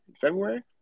February